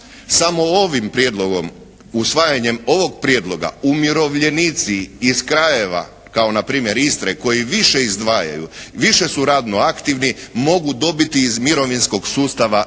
Samo ovim prijedlogom, usvajanjem ovog prijedloga umirovljenici iz krajeva kao npr. Istre koji više izdvajaju, više su radno aktivni mogu dobiti iz mirovinskog sustava nazad.